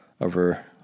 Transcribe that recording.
over